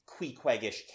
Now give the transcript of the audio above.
queequegish